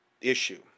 issue